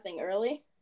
early